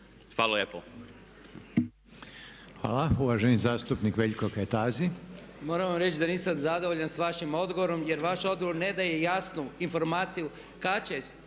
Veljko Kajtazi. **Kajtazi, Veljko (Nezavisni)** Moram vam reći da nisam zadovoljan s vašim odgovorom jer vaš odgovor ne daje jasnu informaciju kada